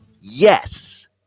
Yes